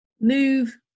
Move